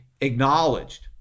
acknowledged